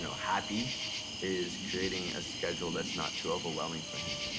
so happy is creating a schedule that's not too overwhelming for him.